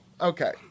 Okay